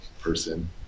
person